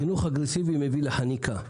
חינוך אגרסיבי מביא לחניקה,